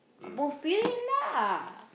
kampung Spirit lah